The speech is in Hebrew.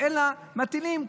אלא מטילים קנס.